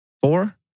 four